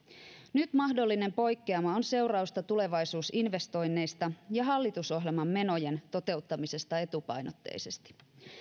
nyt mahdollinen poikkeama on seurausta tulevaisuusinvestoinneista ja hallitusohjelman menojen toteuttamisesta etupainotteisesti